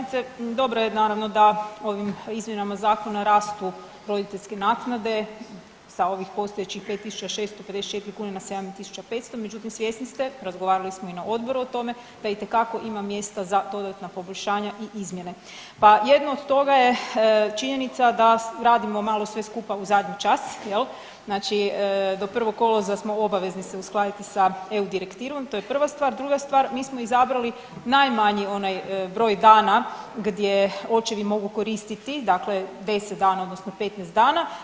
Poštovana državna tajnice dobro je naravno da ovim izmjenama zakona rastu roditeljske naknade sa ovih postojećih 5.654 kune na 7.500 međutim svjesni ste, razgovarali smo i na odboru o tome da itekako ima mjesta za dodatna poboljšanja i izmjene, pa jedno od toga je činjenica da radimo malo sve skupa u zadnji čas jel, znači do 1. kolovoza smo obavezni se uskladiti sa eu direktivom, to je prva stvar, druga stvar mi smo izabrali najmanji onaj broj dana gdje očevi mogu koristiti dakle 10 dana odnosno 15 dana.